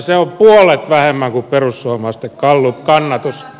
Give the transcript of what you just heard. se on puolet vähemmän kuin perussuomalaisten gallupkannatus